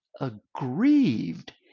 aggrieved